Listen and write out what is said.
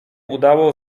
udało